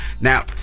Now